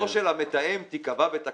אם אתה קובע שדמותו של המתאם תיקבע בתקנות,